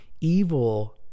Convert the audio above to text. evil